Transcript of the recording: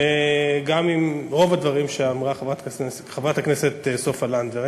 וגם עם רוב הדברים שאמרה חברת הכנסת סופה לנדבר.